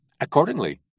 Accordingly